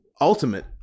Ultimate